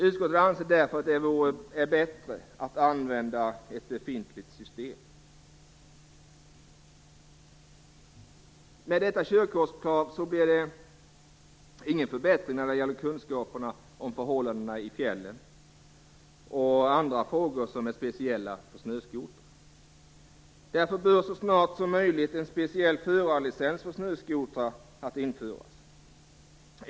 Utskottet anser därför att det är bättre att använda ett befintligt system. Med detta körkortskrav blir det ingen förbättring av kunskaperna om förhållandena i fjällen och om annat som är speciellt för snöskotrar. Därför bör så snart som möjligt en speciell förarlicens för snöskotrar införas.